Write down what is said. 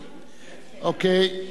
אוקיי.